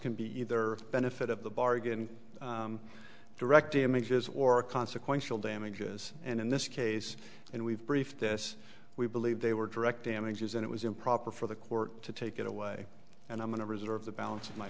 can be either benefit of the bargain direct damages or consequential damages and in this case and we've brief this we believe they were direct images and it was improper for the court to take it away and i'm going to reserve the balance of my